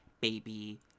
baby